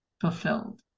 fulfilled